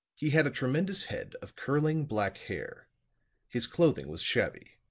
he had a tremendous head of curling black hair his clothing was shabby.